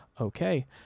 Okay